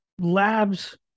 labs